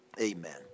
amen